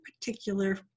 particular